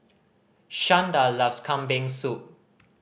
Shanda loves Kambing Soup